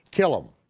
kill him.